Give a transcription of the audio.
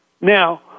Now